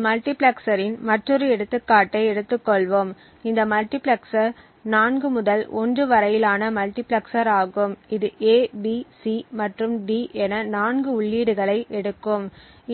ஒரு மல்டிபிளெக்சரின் மற்றொரு எடுத்துக்காட்டை எடுத்துக்கொள்வோம் இந்த மல்டிபிளெக்சர் 4 முதல் 1 வரையிலான மல்டிபிளெக்சர் ஆகும் இது A B C மற்றும் D என 4 உள்ளீடுகளை எடுக்கும்